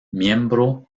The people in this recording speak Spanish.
miembro